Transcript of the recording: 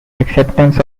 acceptance